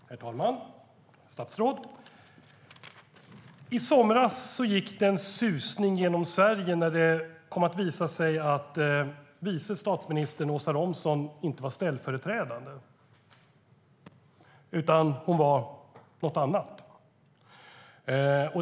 Herr talman! Statsrådet! I somras gick det en susning genom Sverige när det kom att visa sig att vice statsminister Åsa Romson inte var ställföreträdande, utan hon var något annat.